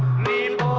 name